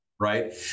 right